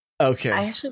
Okay